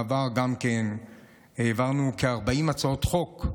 בעבר העברנו כ-40 הצעות חוק.